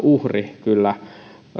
uhri kyllä